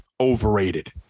overrated